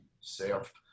served